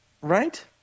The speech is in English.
Right